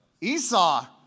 Esau